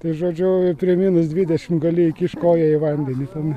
tai žodžiu prie minus dvidešimt gali įkišt koją į vandenį ten